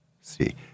See